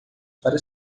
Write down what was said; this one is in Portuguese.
para